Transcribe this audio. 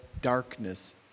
darkness